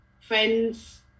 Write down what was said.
friends